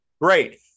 Great